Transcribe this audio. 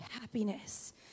happiness